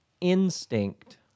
instinct